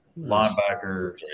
Linebacker